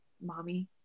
mommy